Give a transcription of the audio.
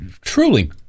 truly